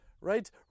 right